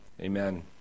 Amen